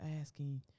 asking